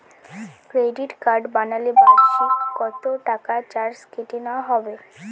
Credit card বানালে বার্ষিক কত টাকা চার্জ কেটে নেওয়া হবে?